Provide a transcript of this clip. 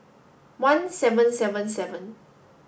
one seven seven seven